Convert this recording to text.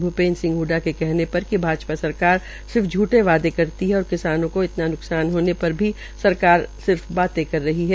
भूपेन्द्र सिंह हडडज के कहने पर कि भाजपा सरकार सिर्फ झूठे वादे करती है और किसानों का इतना न्कसान होन पर भी सरकार सिर्फ बाते कर रही है